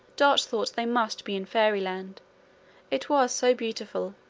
dot thought they must be in fairyland it was so beautiful.